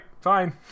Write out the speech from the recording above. fine